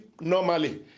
normally